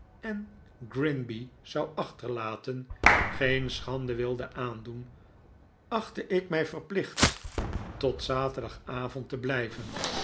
en grinby zou achterlaten geen schande wilde aandoen achtte ik mij verplicht tot zaterdagavond te blijven